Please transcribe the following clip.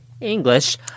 English